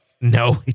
No